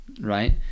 right